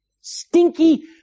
stinky